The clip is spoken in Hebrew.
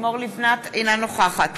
אינה נוכחת